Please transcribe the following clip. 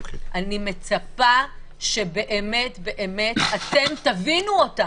אני מצפה שבאמת באמת אתם תבינו אותם,